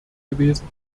gewesen